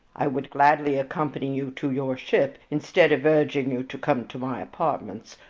i would gladly accompany you to your ship instead of urging you to come to my apartments,